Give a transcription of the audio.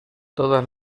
todas